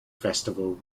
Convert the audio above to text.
festival